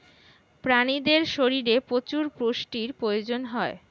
প্রাণীদের শরীরে প্রচুর পুষ্টির প্রয়োজন হয়